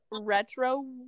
retro